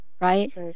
Right